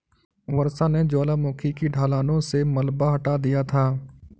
वर्षा ने ज्वालामुखी की ढलानों से मलबा हटा दिया था